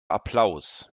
applaus